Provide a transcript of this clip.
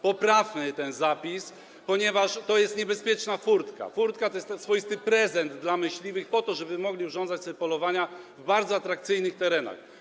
Poprawmy ten zapis, ponieważ to jest niebezpieczna furtka, to jest swoisty prezent dla myśliwych, żeby mogli urządzać sobie polowania na bardzo atrakcyjnych terenach.